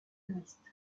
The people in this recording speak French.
touristes